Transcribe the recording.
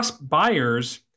buyers